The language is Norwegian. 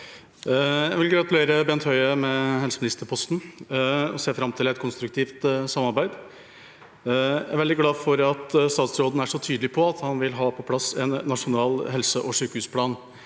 Jeg vil gratulere Bent Høie med helseministerposten, og ser fram til et konstruktivt samarbeid. Jeg er veldig glad for at statsråden er så tydelig på at han vil ha på plass en nasjonal helse- og sykehusplan.